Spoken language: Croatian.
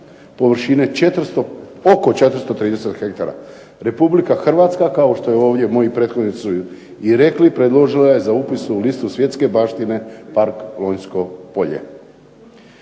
površine oko 430 ha. Republika Hrvatska kao što i ovdje moji prethodnici su i rekli predložila je za upis u listu svjetske baštine Park Lonjsko polje.